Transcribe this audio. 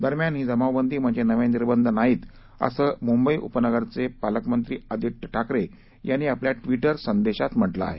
दरम्यान ही जमावबंदी म्हणजे नवे निर्बंध नाहीत असं मुंबई उपनगरचे पालकमंत्री आदित्य ठाकरे यांनी आपल्या ट्विटर संदेशात म्हटलं आहे